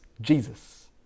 Jesus